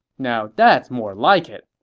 now that's more like it.